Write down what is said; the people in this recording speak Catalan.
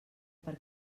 per